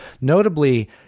Notably